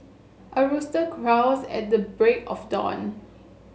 a rooster crows at the break of dawn